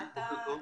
בוקר טוב.